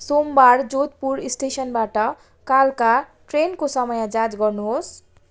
सोमवार जोधपुर स्टेशनबाट कालका ट्रेनको समय जाँच गर्नुहोस्